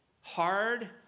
hard